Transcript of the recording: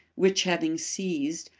which having seized,